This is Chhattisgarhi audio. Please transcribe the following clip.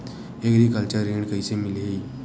एग्रीकल्चर ऋण कइसे मिलही?